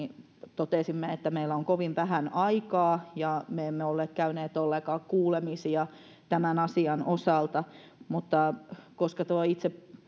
totesimme että meillä on kovin vähän aikaa ja me emme olleet käyneet ollenkaan kuulemisia tämän asian osalta mutta koska tuo itse